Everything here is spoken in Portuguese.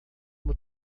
uma